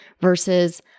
versus